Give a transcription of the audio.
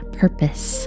purpose